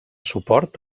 suport